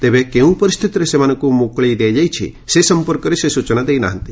ତେବେ କେଉଁ ପରିସ୍ଥିତିରେ ସେମାନଙ୍କୁ ମୁକୁଳେଇ ଦିଆଯାଇଛି ସେ ସମ୍ପର୍କରେ ସେ ସୂଚନା ଦେଇ ନାହାନ୍ତି